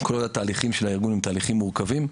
כל התהליכים של הארגון הם תהליכים מורכבים,